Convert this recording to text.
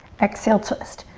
exhale twist.